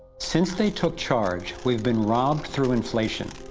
since they took charge, we've been robbed through inflation,